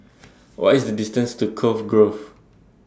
What IS The distance to Cove Grove